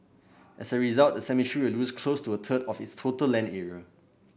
as a result the cemetery will lose close to a third of its total land area